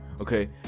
Okay